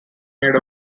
made